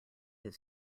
his